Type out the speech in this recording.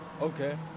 Okay